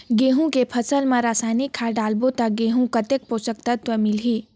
गंहू के फसल मा रसायनिक खाद डालबो ता गंहू कतेक पोषक तत्व मिलही?